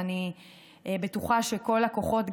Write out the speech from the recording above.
ואני בטוחה שכל הכוחות,